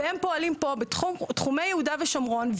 והם פועלים בתחומי יהודה ושומרון,